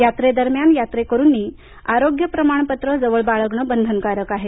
यात्रेदरम्यान यात्रेकरूंनी आरोग्य प्रमाणपत्र जवळ बाळगण बंधनकारक आहे